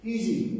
Easy